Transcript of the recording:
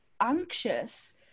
anxious